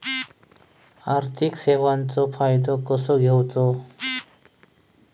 आर्थिक सेवाचो फायदो कसो घेवचो?